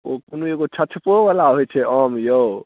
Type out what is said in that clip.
ओ कोनो एगो छछपो बला होयत छै आम यौ